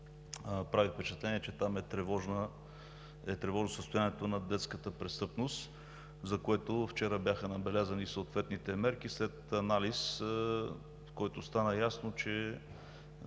прави впечатление, че там е тревожно състоянието на детската престъпност, за което вчера бяха набелязани съответните мерки, след анализ, от който стана ясно, че